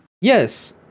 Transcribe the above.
Yes